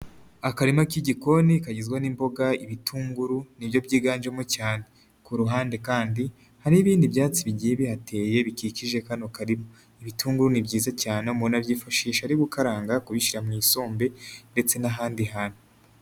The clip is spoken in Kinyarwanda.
Akarima k'igikoni kagizwe n'imboga, ibitunguru nibyo byiganjemo cyane. Ku ruhande kandi hari n'ibindi byatsi bigiye bihateye bikikije kano karima. Ibitunguru ni byiza cyane umuntu abyifashisha ari gukaranga, kubishyira mu isombe ndetse n'ahandi hantu.